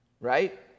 right